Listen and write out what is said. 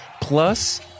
plus